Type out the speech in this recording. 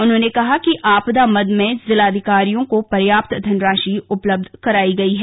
उन्होंने कहा कि आपदा मद में जिलाधिकारियों को पर्याप्त धनराशि उपलब्ध करायी गई है